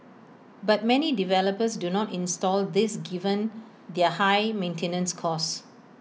but many developers do not install these given their high maintenance costs